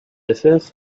affaires